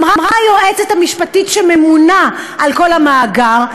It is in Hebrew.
אמרה היועצת המשפטית שממונה על כל המאגר: